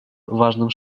важным